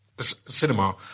Cinema